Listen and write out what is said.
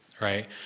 right